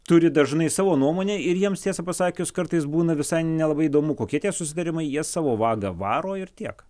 turi dažnai savo nuomonę ir jiems tiesą pasakius kartais būna visai nelabai įdomu kokie tie susitarimai jie savo vagą varo ir tiek